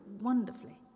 wonderfully